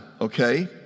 okay